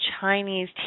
Chinese